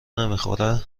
نمیخوره